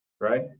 right